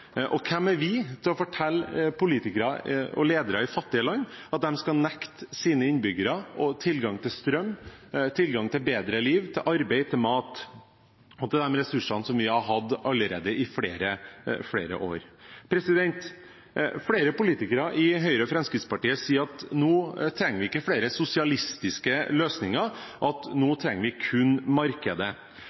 Hvem er vi til å fortelle politikere og leder i fattige land at de skal nekte sine innbyggere tilgang til strøm, til et bedre liv, til arbeid, til mat og til de ressursene som vi allerede har hatt tilgang til i flere år? Flere politikere i Høyre og Fremskrittspartiet sier at nå trenger vi ikke flere sosialistiske løsninger, nå trenger vi kun markedet.